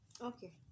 okay